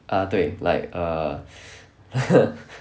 ah 对 like err